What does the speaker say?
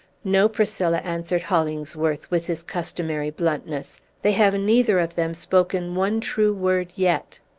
no, priscilla! answered hollingsworth with his customary bluntness. they have neither of them spoken one true word yet.